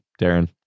Darren